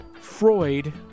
Freud